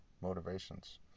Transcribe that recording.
motivations